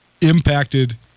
impacted